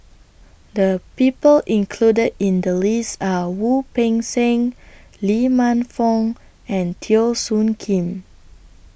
The People included in The list Are Wu Peng Seng Lee Man Fong and Teo Soon Kim